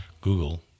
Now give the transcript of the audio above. Google